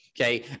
okay